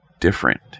different